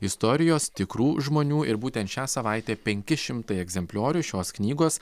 istorijos tikrų žmonių ir būtent šią savaitę penki šimtai egzempliorių šios knygos